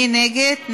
מי נגד?